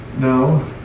No